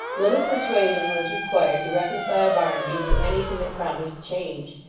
little persuasion was required to reconcile barnaby to anything that promised change.